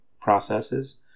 processes